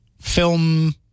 film